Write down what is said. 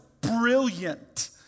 brilliant